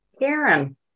Karen